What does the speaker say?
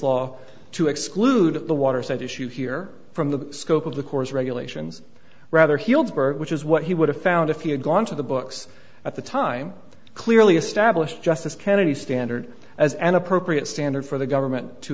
law to exclude the water side issue here from the scope of the course regulations rather healdsburg which is what he would have found if he had gone to the books at the time clearly established justice kennedy standard as an appropriate standard for the government to